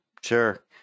sure